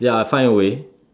ya I'll find a way